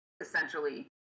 essentially